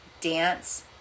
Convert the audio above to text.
dance